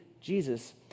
jesus